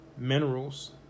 Minerals